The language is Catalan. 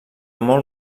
molt